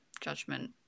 judgment